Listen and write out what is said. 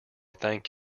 thank